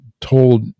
told